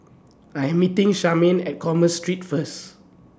I Am meeting Charmaine At Commerce Street First